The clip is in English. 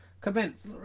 commence